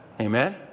Amen